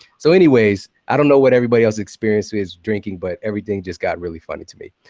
so anyways, i don't know what everybody else experience is drinking, but everything just got really funny to me.